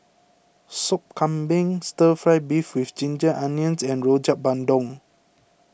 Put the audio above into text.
Sop Kambing Stir Fry Beef with Ginger Onions and Rojak Bandung